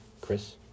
Chris